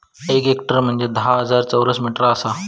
एक हेक्टर म्हंजे धा हजार चौरस मीटर आसा